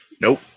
Nope